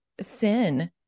sin